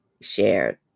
shared